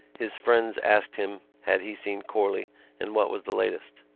his friends asked him had he seen corley and what was the latest.